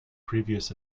previous